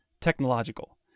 technological